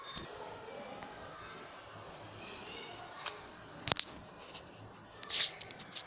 जैविक कीड नियंत्रणामध्ये कीटकांच्या नैसर्गिक शत्रूला शेतात सोडले जाते जेणेकरून ते कीटक खाऊन त्यांचा नाश करतात